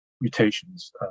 mutations